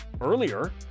earlier